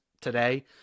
today